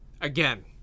again